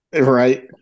Right